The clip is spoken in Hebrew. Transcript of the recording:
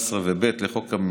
חוק.